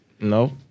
No